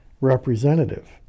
representative